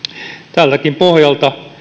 tältäkin pohjalta